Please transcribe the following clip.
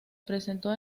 presentó